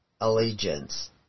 allegiance